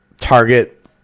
target